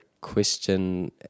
question